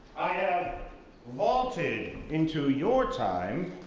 i am vaulted into your time,